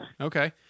Okay